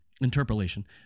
Interpolation